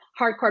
hardcore